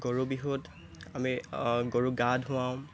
গৰু বিহুত আমি গৰুক গা ধুৱাওঁ